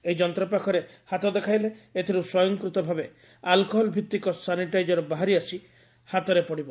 ଏହି ଯନ୍ତ୍ର ପାଖରେ ହାତ ଦେଖାଇଲେ ଏଥିରୁ ସ୍ୱୟଂକୂତ ଭାବେ ଆଲକହଲଭିଭିକ ସାନିଟାଇଜର ବାହାରି ଆସି ହାତରେ ପଡ଼ିବ